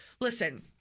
Listen